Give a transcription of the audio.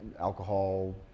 alcohol